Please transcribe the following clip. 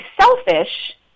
selfish